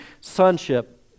sonship